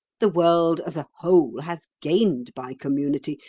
the world as a whole has gained by community,